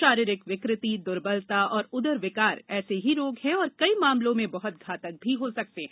शारीरिक विकृति दुर्बलता और उदर विकार ऐसे ही रोग है और कई मामलों में बहत घातक भी हो सकते हैं